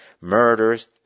murders